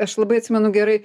aš labai atsimenu gerai